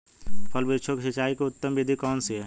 फल वृक्षों की सिंचाई की उत्तम विधि कौन सी है?